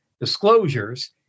disclosures